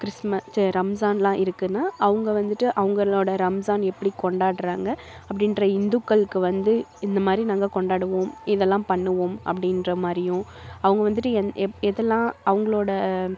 கிறிஸ்ம ச்ச ரம்சான்லாம் இருக்குன்னால் அவங்க வந்துட்டு அவங்களோட ரம்சான் எப்படி கொண்டாடுறாங்க அப்படின்ற இந்துக்கள்க்கு வந்து இந்த மாதிரி நாங்கள் கொண்டாடுவோம் இதெல்லாம் பண்ணுவோம் அப்படின்ற மாதிரியும் அவங்க வந்துட்டு எதெல்லாம் அவங்களோட